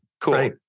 Cool